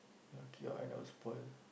lucky your eye never spoil